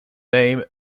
name